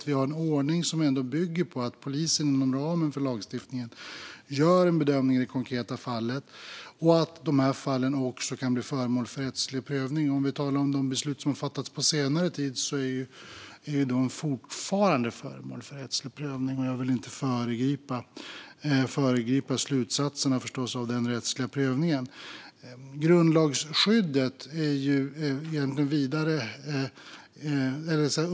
Vi har en ordning som bygger på att polisen inom ramen för lagstiftningen gör en bedömning i det konkreta fallet och på att dessa fall också kan bli föremål för rättslig prövning. När det gäller de beslut som har fattats på senare tid är de fortfarande föremål för rättslig prövning, och jag vill förstås inte föregripa slutsatserna av den.